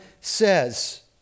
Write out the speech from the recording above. says